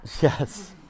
yes